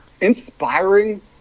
inspiring